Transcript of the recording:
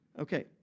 Okay